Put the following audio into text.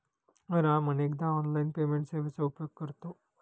राम अनेकदा online payment सेवेचा उपयोग करतो